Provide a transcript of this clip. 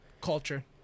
culture